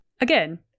Again